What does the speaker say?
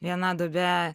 viena duobė